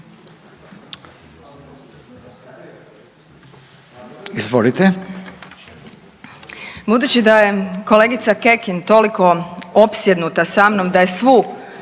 Izvolite.